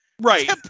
Right